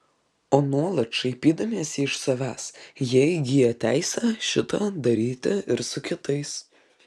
o nuolat šaipydamiesi iš savęs jie įgyja teisę šitą daryti ir su kitais